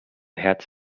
herz